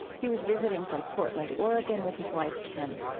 he was visiting from portland, oregon, with his wife, kim.